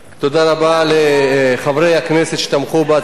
תודה רבה לחברי הכנסת שתמכו בהצעת החוק.